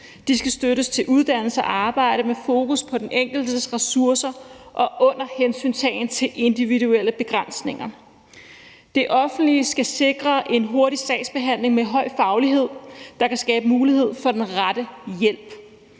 De skal støttes i uddannelse og arbejde med fokus på den enkeltes ressourcer og under hensyntagen til individuelle begrænsninger. Det offentlige skal sikre en hurtig sagsbehandling med høj faglighed, der kan skabe mulighed for den rette hjælp.